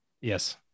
Yes